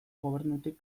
gobernutik